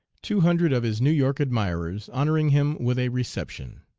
two hundred of his new york admirers honoring him with a reception.